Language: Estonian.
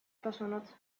tasunud